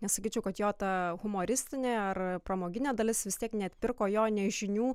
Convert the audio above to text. nesakyčiau kad jo ta humoristinė ar pramoginė dalis vis tiek neatpirko jo nė žinių